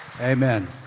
Amen